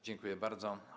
Dziękuję bardzo.